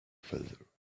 further